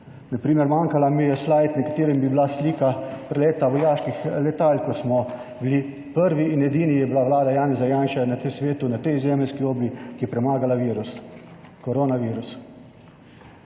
Na primer, manjkalo mi je slajd, ne katerim bi bila slika preleta vojaških letal, ko smo bili prvi in edini, je bila vlada Janeza Janše na tem svetu, na tej zemeljski obli, ki je premagala virus. Koronavirus.